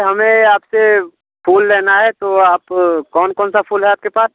हमें आप से फूल लेना है तो आप कौन कौन सा फूल है आपके पास